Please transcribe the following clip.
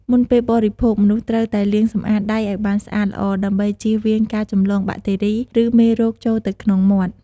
មុនពេលបរិភោគ មនុស្សត្រូវតែលាងសម្អាតដៃឱ្យបានស្អាតល្អ ដើម្បីចៀសវាងការចម្លងបាក់តេរី ឬមេរោគចូលទៅក្នុងមាត់។